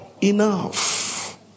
enough